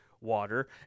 water